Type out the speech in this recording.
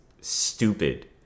stupid